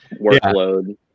workload